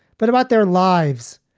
but about their lives,